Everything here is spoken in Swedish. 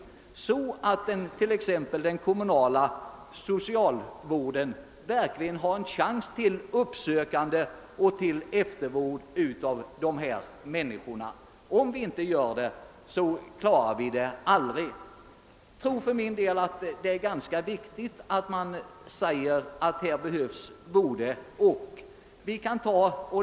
Den kommunala socialvården måste t.ex. få en verklig chans till uppsökande verksamhet och eftervård. Om så inte blir fallet klarar vi aldrig detta problem.